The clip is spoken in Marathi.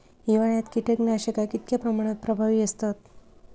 हिवाळ्यात कीटकनाशका कीतक्या प्रमाणात प्रभावी असतत?